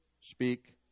speak